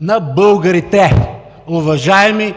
на българите! Уважаеми